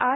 R